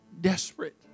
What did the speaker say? desperate